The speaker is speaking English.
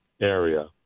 area